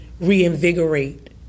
reinvigorate